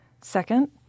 Second